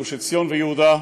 גוש עציון ויהודה,